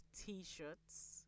t-shirts